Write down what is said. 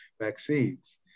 vaccines